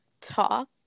talk